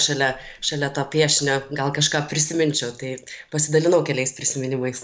šalia šalia to piešinio gal kažką prisiminčiau tai pasidalinau keliais prisiminimais